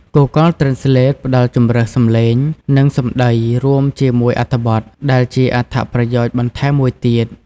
Google Translate ផ្តល់ជម្រើសសំឡេង និងសំដីរួមជាមួយអត្ថបទ ដែលជាអត្ថប្រយោជន៍បន្ថែមមួយទៀត។